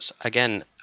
Again